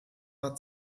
war